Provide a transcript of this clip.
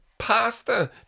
Pasta